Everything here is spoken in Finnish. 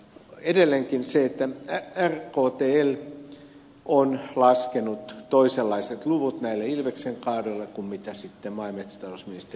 edelleenkin rktl on laskenut toisenlaiset luvut näille ilveksenkaadoille kuin sitten maa ja metsätalousministeriö hyväksyy